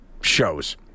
shows